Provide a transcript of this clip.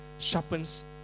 Sharpens